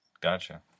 Gotcha